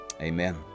Amen